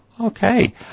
Okay